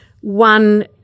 one